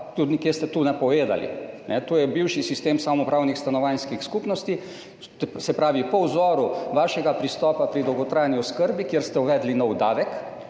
tudi nekje ste to napovedali, to je bivši sistem samoupravnih stanovanjskih skupnosti, se pravi po vzoru vašega pristopa pri dolgotrajni oskrbi, kjer ste uvedli nov davek,